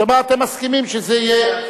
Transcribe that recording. שבה אתם מסכימים שזה יהיה,